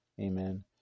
Amen